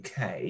UK